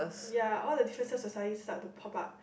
ya all the differences will suddenly start to pop out